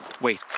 wait